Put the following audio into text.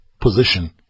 position